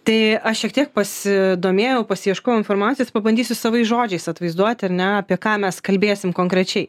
tai aš šiek tiek pasidomėjau pasiieškojau informacijos pabandysiu savais žodžiais atvaizduoti ar ne apie ką mes kalbėsim konkrečiai